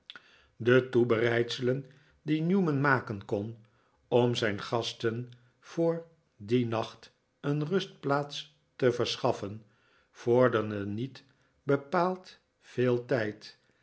de toebereidselen die newman maken kon om zijn gasten voor dien nacht een rustplaats te verschaffen vorderden niet bepaald veel tijd